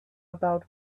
about